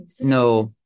No